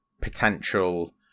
potential